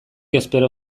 espero